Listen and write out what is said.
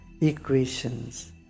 equations